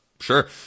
Sure